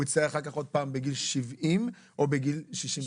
יצטרך אחר כך עוד פעם בגיל 70 או בגיל 68?